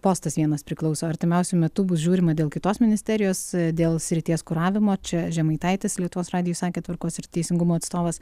postas vienas priklauso artimiausiu metu bus žiūrima dėl kitos ministerijos dėl srities kuravimo čia žemaitaitis lietuvos radijui sakė tvarkos ir teisingumo atstovas